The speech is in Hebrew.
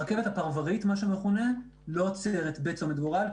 הרכבת הפרברית, מה שמכונה, לא עוצרת בגורל.